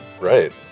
Right